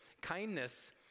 Kindness